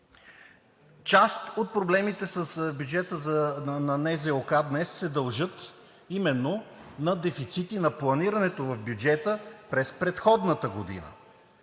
Част от проблемите с бюджета на НЗОК днес се дължат именно на дефицити на планирането в бюджета през предходната година.